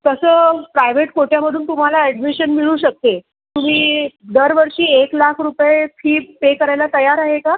तसं प्रायव्हेट कोट्यामधून तुम्हाला अॅडमिशन मिळू शकते तुम्ही दरवर्षी एक लाख रुपये फी पे करायला तयार आहे का